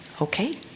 Okay